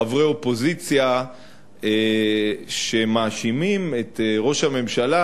חברי אופוזיציה שמאשימים את ראש הממשלה.